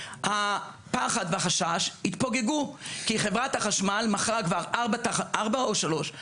הפחד והחשש התפוגגו כי חברת החשמל מכרה כבר ארבע תחנות,